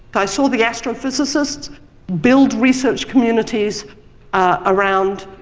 i saw the astrophysicists build research communities ah around